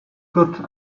got